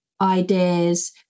ideas